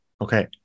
Okay